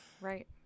Right